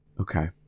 Okay